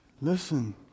Listen